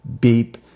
beep